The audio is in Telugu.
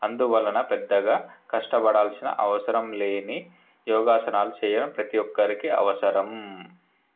అందువలన పెద్దగా కష్టపడాల్సిన అవసరం లేని యోగాసనాలు చేయడం ప్రతి ఒక్కరికి అవసరం